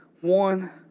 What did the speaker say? one